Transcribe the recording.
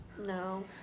No